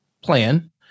plan